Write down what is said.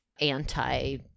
anti